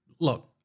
Look